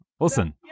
Listen